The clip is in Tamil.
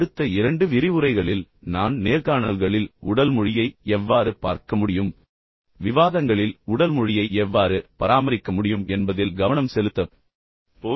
அடுத்த இரண்டு விரிவுரைகளில் நான் நேர்காணல்களில் உடல் மொழியை எவ்வாறு பார்க்க முடியும் என்பதில் கவனம் செலுத்தப் போகிறேன் அதைத் தொடர்ந்து குழு விவாதங்களில் உடல் மொழியை எவ்வாறு பராமரிக்க முடியும் என்பதில் கவனம் செலுத்தப் போகிறேன்